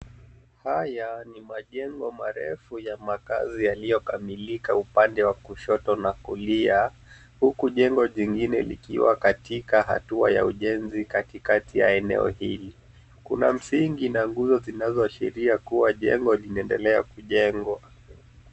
Haya ni majengo marefu ya makaazi yaliyokamilika upande wa kushoto na kulia huku jengo jingine likiwa katika hatua ya ujenzi katikati ya eneo hili. Kuna msingi na nguzo zinazoashiria kuwa jengo linaendelea kujengwa.